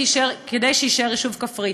כדי שיישאר יישוב כפרי.